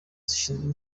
zishinzwe